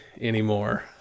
anymore